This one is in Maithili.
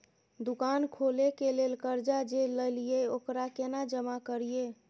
दुकान खोले के लेल कर्जा जे ललिए ओकरा केना जमा करिए?